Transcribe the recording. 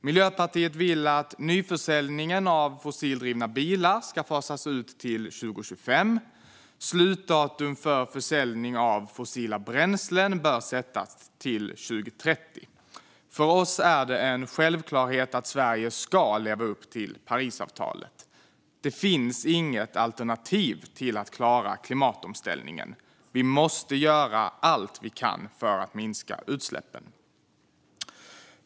Miljöpartiet vill att nyförsäljningen av fossildrivna bilar ska fasas ut till 2025. Slutdatum för försäljning av fossila bränslen bör sättas till 2030. För oss är det en självklarhet att Sverige ska leva upp till Parisavtalet. Det finns inget alternativ till att klara klimatomställningen. Vi måste göra allt vi kan för att minska utsläppen.